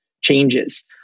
changes